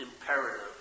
imperative